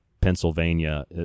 Pennsylvania